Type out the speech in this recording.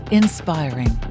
inspiring